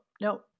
Nope